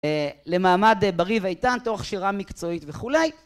למעמד בריא ואיתן תוך שירה מקצועית וכולי